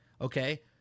okay